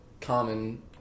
common